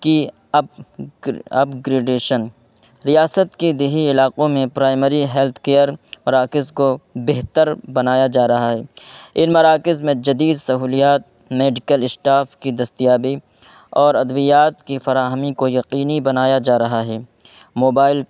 کی اپگریڈیشن ریاست کے دیہی علاقوں میں پرائمری ہیلتھ کیئر مراکز کو بہتر بنایا جا رہا ہے ان مراکز میں جدید سہولیات میڈیکل اشٹاف کی دستیابی اور ادویات کی فراہمی کو یقینی بنایا جا رہا ہے موبائل